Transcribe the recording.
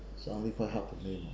so are we for help to blame for